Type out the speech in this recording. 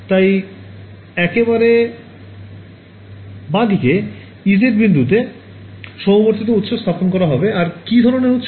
তাই একেবারে বাদিকে Ez বিন্দুতে সমবর্তিত উৎস স্থাপন করা হবে আর কি ধরনের উৎস